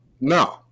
No